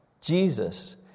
Jesus